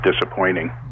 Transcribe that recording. disappointing